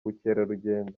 ubukerarugendo